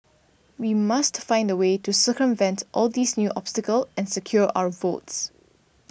we must find a way to circumvent all these new obstacles and secure our votes